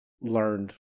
learned